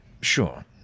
Sure